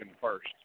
first